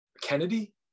Kennedy